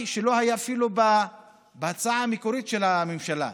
שאפילו לא היו בהצעה המקורית של הממשלה.